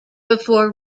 before